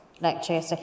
lecture